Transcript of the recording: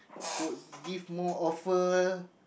could give more offer